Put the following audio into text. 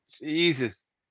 Jesus